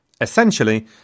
Essentially